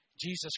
Jesus